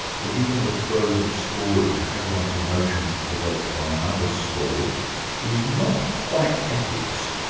to be in the throes of a story, to have one's emotions provoked by another's story is not quite ethics,